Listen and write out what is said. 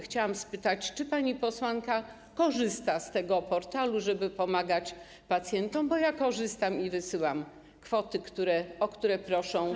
Chciałam spytać, czy pani posłanka korzysta z tego portalu, żeby pomagać pacjentom, bo ja korzystam i wysyłam kwoty, o które proszą.